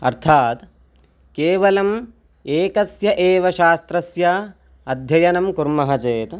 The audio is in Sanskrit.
अर्थात् केवलम् एकस्य एव शास्त्रस्य अध्ययनं कुर्मः चेत्